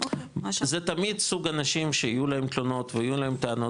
זה תמיד סוג אנשים שיהיו להם תלונות ויהיו להם טענות,